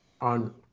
on